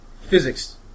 Physics